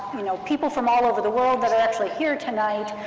you know, people from all over the world that are actually here tonight.